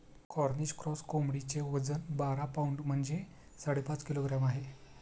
Cornish cross कोंबडीचे वजन बारा पौंड म्हणजेच साडेपाच किलोग्रॅम आहे